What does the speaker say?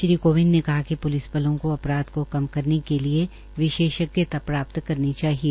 श्री कोविंद ने कहा कि प्लिस बलों को अपराध कम करने के लिए विशेषज्ञता प्राप्त करनी चाहिए